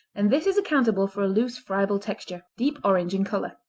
and this is accountable for a loose, friable texture. deep orange in color.